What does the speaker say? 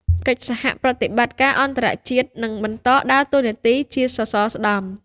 កិច្ចសហប្រតិបត្តិការអន្តរជាតិនឹងបន្តដើរតួនាទីជាសសរស្តម្ភ។